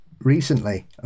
recently